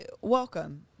welcome